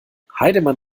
heidemann